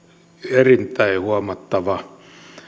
erittäin huomattava